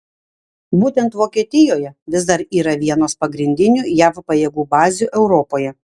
būtent vokietijoje vis dar yra vienos pagrindinių jav pajėgų bazių europoje